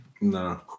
no